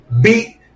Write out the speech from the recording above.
Beat